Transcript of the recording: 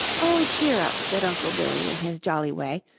oh, cheer up, said uncle billy in his jolly way,